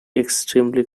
extremely